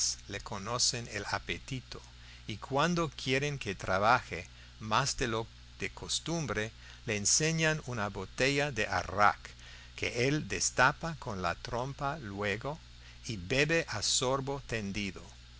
le conocen el apetito y cuando quieren que trabaje más de lo de costumbre le enseñan una botella de arrak que él destapa con la trompa luego y bebe a sorbo tendido